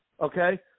okay